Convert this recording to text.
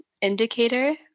indicator